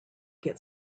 get